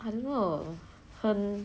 I don't know